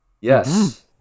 yes